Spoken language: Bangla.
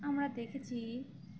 আমরা দেখেছি